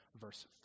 verse